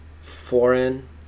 foreign